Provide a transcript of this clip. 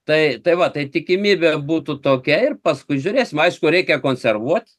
tai tai va tai tikimybė būtų tokia ir paskui žiūrėsim aišku reikia konservuot